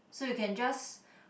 so you can just